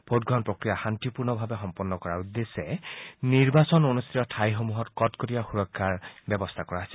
ভোটগ্ৰহণ প্ৰক্ৰিয়া শান্তিপূৰ্ণভাৱে সম্পন্ন কৰাৰ উদ্দেশ্য নিৰ্বাচন অনুষ্ঠিত ঠাইসমূহত কটকটীয়া সুৰক্ষাৰ ব্যৱস্থা কৰা হৈছে